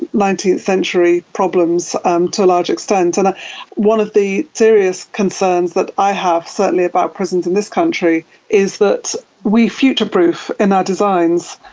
nineteenth century problems um to a large extent. and one of the serious concerns that i have certainly about prisons in this country is that we future-proof in our designs,